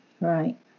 Right